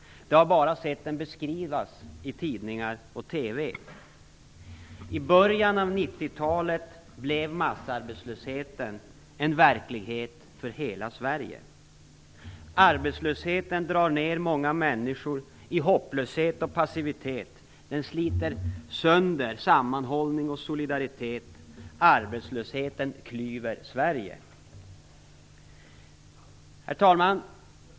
De har bara sett den beskrivas i tidningar och på TV. I början av 90-talet blev massarbetslösheten en verklighet för hela Sverige. Arbetslösheten drar ned många människor i hopplöshet och passivitet. Den sliter sönder sammanhållning och solidaritet. Arbetslösheten klyver Sverige. Herr talman!